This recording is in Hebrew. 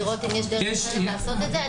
לראות אם יש דרך אחרת לעשות את זה.